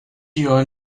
your